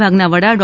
વિભાગના વડા ડો